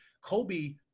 Kobe